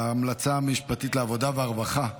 ההמלצה המשפטית היא העבודה והרווחה.